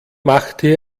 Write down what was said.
machte